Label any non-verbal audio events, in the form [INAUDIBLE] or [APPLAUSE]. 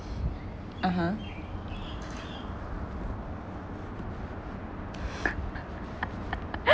(uh huh) [LAUGHS]